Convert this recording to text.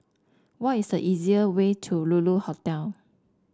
what is the easier way to Lulu Hotel